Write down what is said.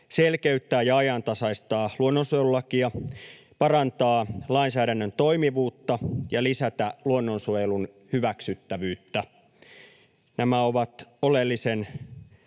selkeyttää ja ajantasaistaa luonnonsuojelulakia, parantaa lainsäädännön toimivuutta ja lisätä luonnonsuojelun hyväksyttävyyttä. Nämä ovat oleellisen